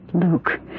Luke